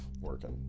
working